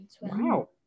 Wow